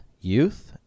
youth